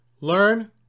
learn